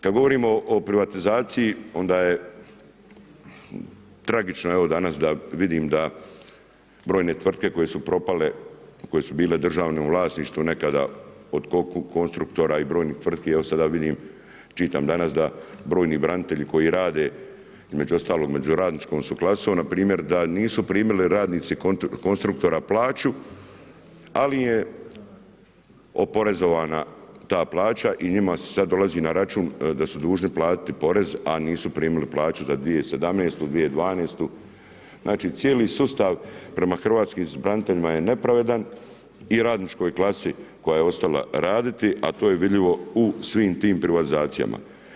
Kada govorimo o privatizaciji, onda je tragično je evo, danas, vidimo da brojne tvrtke koje su propale, koje su bile u državnom vlasništvu nekada, od konstruktora i brojnih tvrtki, evo sada vidim, čitam danas, da brojni branitelji koji rade, među ostalom među radničkom su klasom, npr. da nisu primili radnici konstruktora plaću, ali je oporezovana ta plaća i njima se sada dolazi na račun, da su dužni platiti porez, a nisu primili plaću za 2017., 2012. znači cijeli sustav prema hrvatskim braniteljima je nepravedan i radničkoj klasi koja je ostala raditi, a to je vidljivo u svim tim privatizacijama.